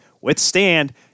withstand